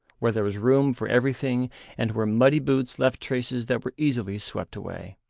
where there was room for everything and where muddy boots left traces that were easily swept away.